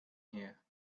here